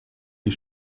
die